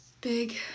big